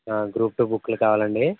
group two బుక్లు కావాలండి